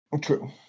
True